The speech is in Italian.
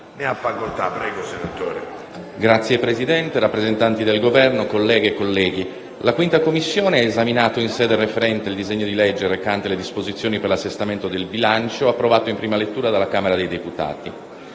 Signor Presidente, rappresentanti del Governo, colleghe e colleghi, la 5ª Commissione ha esaminato in sede referente il disegno di legge recante le disposizioni per l'assestamento del bilancio, approvato in prima lettura dalla Camera dei deputati.